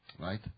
right